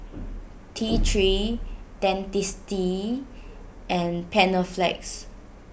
T three Dentiste and Panaflex